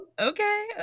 Okay